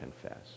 confess